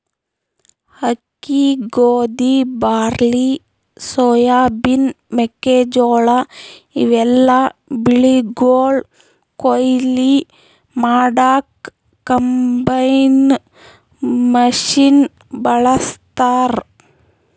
ಅಕ್ಕಿ ಗೋಧಿ barley soybean ಮೆಕ್ಕೆಜೋಳಾ ಇವೆಲ್ಲಾ ಬೆಳಿಗೊಳ್ ಕೊಯ್ಲಿ ಮಾಡಕ್ಕ್ ಕಂಬೈನ್ ಮಷಿನ್ ಬಳಸ್ತಾರ್